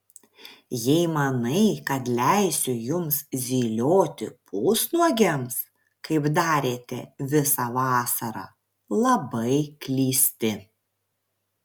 jei manai kad leisiu jums zylioti pusnuogiams kaip darėte visą vasarą labai klysti